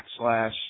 backslash